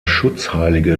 schutzheilige